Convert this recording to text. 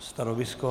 Stanovisko?